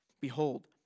Behold